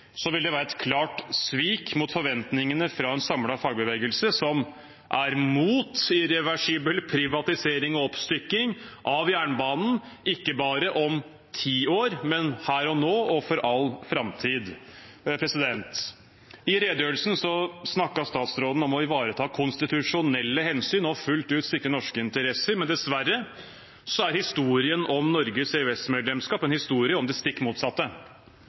være et klart svik mot forventningene fra en samlet fagbevegelse, som er mot irreversibel privatisering og oppstykking av jernbanen, ikke bare om ti år, men her og nå og for all framtid. I redegjørelsen snakket utenriksministeren om å ivareta konstitusjonelle hensyn og fullt ut sikre norske interesser, men dessverre er historien om Norges EØS-medlemskap en historie om det stikk motsatte.